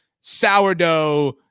sourdough